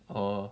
orh